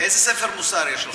איזה ספר מוסר יש לך?